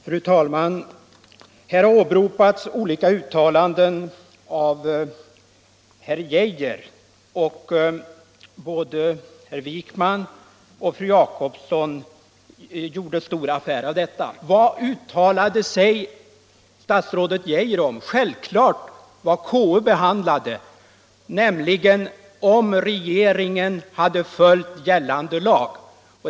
Fru talman! Både herr Wijkman och fru Jacobsson har gjort stor affär av olika uttalanden av justitieminister Geijer. Vad uttalade sig då statsrådet Geijer om? Jo, självfallet om det som konstitutionsutskottet behandlade, nämligen frågan huruvida regeringen hade följt gällande lag.